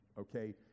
okay